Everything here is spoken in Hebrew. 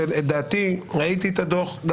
דעתי - ראיתי את הדוח,